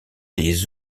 des